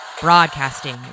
Broadcasting